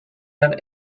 done